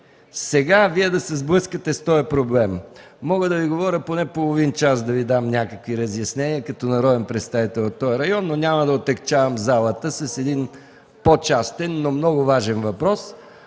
преди Вие да се сблъскате сега с този проблем. Мога да Ви говоря поне половин час и да Ви дам някакви разяснения като народен представител от този район, но няма да отегчавам залата с един по-частен, но много важен въпрос.